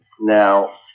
Now